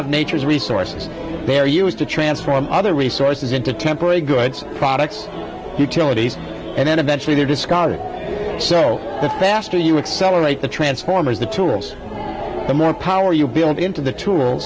of nature's resources they're used to transform other resources into temporary goods products utilities and then eventually they are discarded so the faster you accelerate the transformers the tools the more power you build into the tools